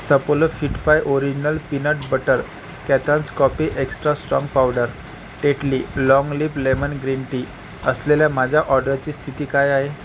Saffola Fittify original peanut butter कॅथांस coffee extra strong powder Tetley long leaf lemon green tea असलेल्या माझ्या ऑर्डरची स्थिती काय आहे